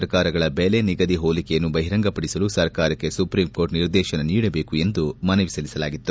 ಸರ್ಕಾರಗಳ ಬೆಲೆ ನಿಗಧಿ ಹೋಲಿಕೆಯನ್ನು ಬಹಿರಂಗ ಪಡಿಸಲು ಸರ್ಕಾರಕ್ಕೆ ಸುಪ್ರೀಂ ಕೋರ್ಟ್ ನಿರ್ದೇಶನ ನೀಡಬೇಕು ಎಂದು ಮನವಿ ಸಲ್ಲಿಸಲಾಗಿತ್ತು